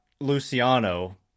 Luciano